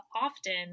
often